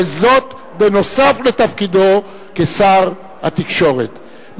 וזאת נוסף על תפקידו כשר התקשורת,